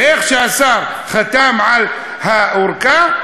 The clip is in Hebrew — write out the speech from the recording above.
ואיך שהשר חתם על הארכה,